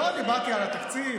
לא, דיברתי על התקציב.